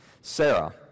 Sarah